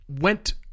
went